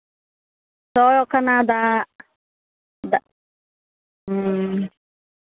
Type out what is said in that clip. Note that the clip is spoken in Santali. ᱥᱚ ᱠᱟᱱᱟ ᱫᱟᱜ